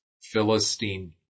Philistine